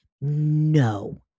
no